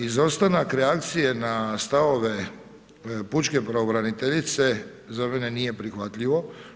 Izostanak reakcije na stavove Pučke pravobraniteljice za mene nije prihvatljivo.